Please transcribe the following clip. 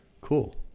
cool